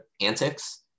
antics